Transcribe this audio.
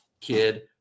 kid